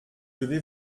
devez